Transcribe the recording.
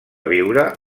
viure